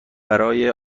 برای